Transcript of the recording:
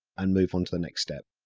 and move on to the next step.